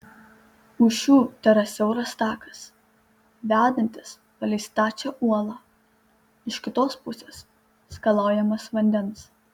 už šių tėra siauras takas vedantis palei stačią uolą iš kitos pusės skalaujamas vandens